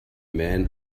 man